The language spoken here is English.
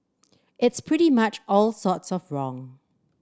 it's pretty much all sorts of wrong